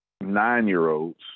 nine-year-olds